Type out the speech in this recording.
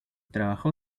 trabajó